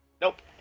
Nope